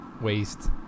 waste